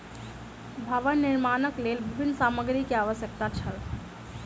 भवन निर्माणक लेल विभिन्न सामग्री के आवश्यकता छल